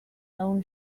own